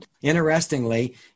Interestingly